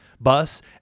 bus